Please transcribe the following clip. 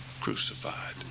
crucified